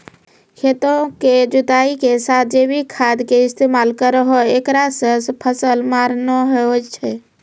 खेतों के जुताई के साथ जैविक खाद के इस्तेमाल करहो ऐकरा से फसल मार नैय होय छै?